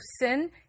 sin